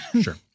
Sure